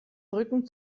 rücken